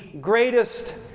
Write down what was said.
greatest